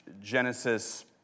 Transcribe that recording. Genesis